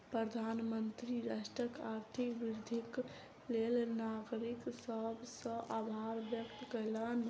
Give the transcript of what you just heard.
प्रधानमंत्री राष्ट्रक आर्थिक वृद्धिक लेल नागरिक सभ के आभार व्यक्त कयलैन